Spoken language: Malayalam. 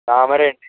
താമരയുണ്ട്